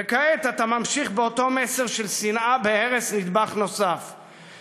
וכעת אתה ממשיך באותו מסר של שנאה ובהרס נדבך נוסף,